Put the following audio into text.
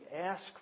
ask